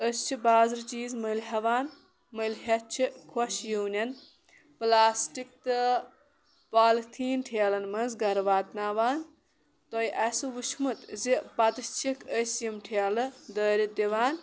أسۍ چھِ بازرٕ چیٖز مٔلۍ ہٮ۪وان مٔلۍ ہٮ۪تھ چھِ خۄشوٕنٮ۪ن پٕلاسٹِک تہٕ پالتھیٖن ٹھیلَن منٛز گَرٕ واتناوان تۄہِہ آسوُ وُچھمُت زِ پَتہٕ چھِکھ أسۍ یِم ٹھیلہٕ دٲرِتھ دِوان